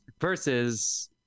versus